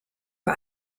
war